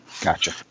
Gotcha